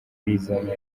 bizana